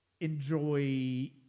enjoy